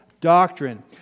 doctrine